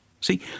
See